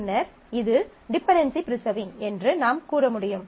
பின்னர் இது dependency preserving என்று நாம் கூற முடியும்